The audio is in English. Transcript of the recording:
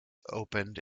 opened